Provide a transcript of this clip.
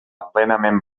plenament